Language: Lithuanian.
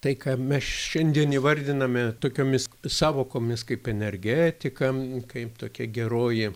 tai ką mes šiandien įvardiname tokiomis sąvokomis kaip energetika kaip tokia geroji